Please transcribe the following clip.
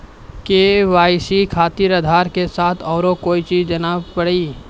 KYC खातिर आधार के साथ औरों कोई चीज देना पड़ी?